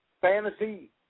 fantasy